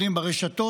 אתם יודעים, ברשתות,